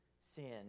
sin